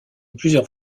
plusieurs